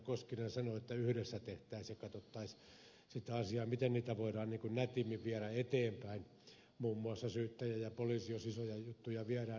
koskinen sanoi että yhdessä tehtäisiin ja katsottaisiin sitten asioita miten niitä voidaan nätimmin viedä eteenpäin muun muassa syyttäjä ja poliisi jos isoja juttuja viedään